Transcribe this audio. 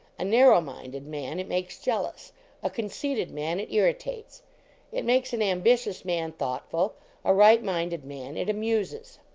a narrow-minded man it makes jealous a conceited man it irritates it makes an ambitious man thought ful a right-minded man it amuses.